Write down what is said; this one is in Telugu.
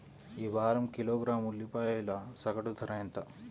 ఈ వారం కిలోగ్రాము ఉల్లిపాయల సగటు ధర ఎంత?